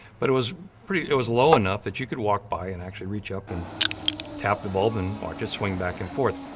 but it was pretty, it was low enough that you could walk by and actually reach up and tap the bulb and watch it swing back and forth.